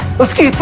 let's go.